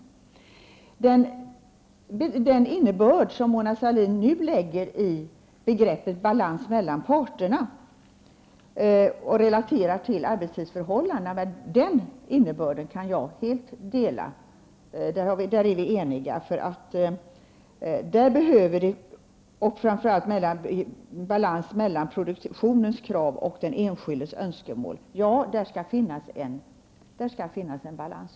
När det gäller den innebörd som Mona Sahlin nu lägger i begreppet balans mellan parterna och relaterar till arbetstidsförhållandena, är vi eniga. Det gäller framför allt balans mellan produktionens krav och den enskildes önskemål. Där skall finnas en balans.